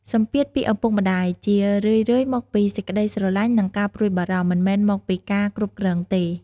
សម្ពាធពីឪពុកម្ដាយ ជារឿយៗមកពីសេចក្ដីស្រលាញ់ និងការព្រួយបារម្ភ មិនមែនមកពីការគ្រប់គ្រងទេ។